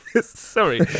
Sorry